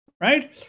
Right